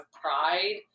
pride